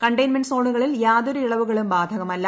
containment സോണുകളിൽ യാതൊരു ഇളവുകളും ബാധകമല്ല